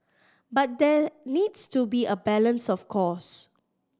but there needs to be a balance of course